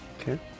Okay